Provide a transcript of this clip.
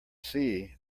see